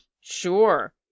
Sure